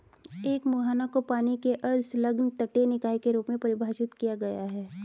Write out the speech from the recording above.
एक मुहाना को पानी के एक अर्ध संलग्न तटीय निकाय के रूप में परिभाषित किया गया है